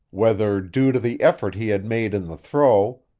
whether due to the effort he had made in the throw,